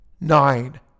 Nine